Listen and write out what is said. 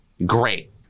Great